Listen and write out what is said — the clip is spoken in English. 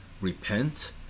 repent